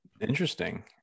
Interesting